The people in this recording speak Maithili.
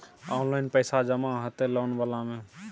ऑनलाइन पैसा जमा हते लोन वाला में?